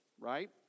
right